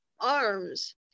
arms